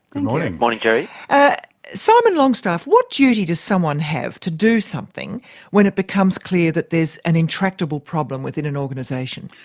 and like but ah simon longstaff, what duty does someone have to do something when it becomes clear that there's an intractable problem within an organisation?